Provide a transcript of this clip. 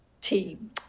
team